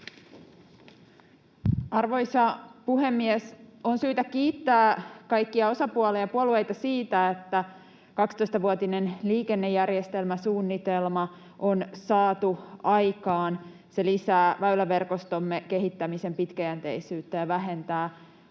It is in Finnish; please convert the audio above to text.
Arvoisa puhemies! On syytä kiittää kaikkia osapuolia ja puolueita siitä, että 12-vuotinen liikennejärjestelmäsuunnitelma on saatu aikaan. Se lisää väyläverkostomme kehittämisen pitkäjänteisyyttä ja vähentää